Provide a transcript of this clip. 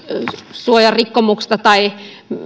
tietosuojarikkomuksista tai